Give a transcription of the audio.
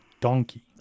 donkey